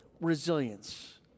resilience